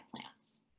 plants